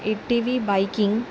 A T V biking